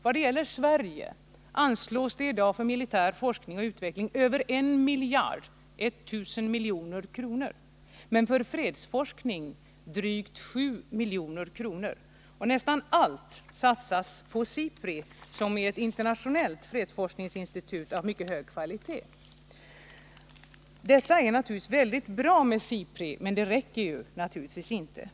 Vad gäller Sverige anslås det i dag för militär forskning och utveckling över 1 miljard — 1 000 milj.kr. — men för fredsforskning bara drygt 7 milj.kr. Och nästan allt satsas på SIPRI, som är ett internationellt fredsforskningsinstitut 109 av mycket hög kvalitet. Det är mycket bra med SIPRI, men det räcker naturligtvis inte.